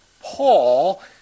Paul